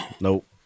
Nope